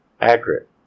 accurate